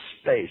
space